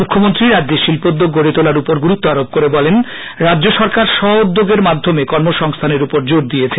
মুখ্যমন্ত্রী রাজ্যে শিল্পোদ্যোগ গড়ে তোলার উপর গুরুত্ব আরোপ করে বলেন রাজ্য সরকার স্ব উদ্যোগের মাধ্যমে কর্মসংস্থানের উপর জোর দিয়েছে